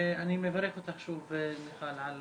אני מברך אותך, שוב, מיכל, על